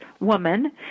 woman